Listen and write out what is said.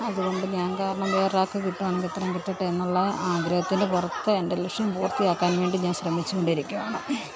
അതുകൊണ്ട് ഞാൻ കാരണം വേറെ ഒരാക്ക് കിട്ടുവാണങ്കിൽ അത്രയും കിട്ടട്ടെ എന്നുള്ള ആഗ്രഹത്തിൻ്റെ പുറത്ത് എൻ്റെ ലക്ഷ്യം പൂർത്തിയാക്കാൻ വേണ്ടി ഞാൻ ശ്രമിച്ചു കൊണ്ടിരിക്കുകയാണ്